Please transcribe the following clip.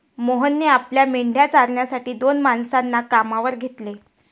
मोहनने आपल्या मेंढ्या चारण्यासाठी दोन माणसांना कामावर घेतले